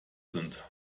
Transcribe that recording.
sind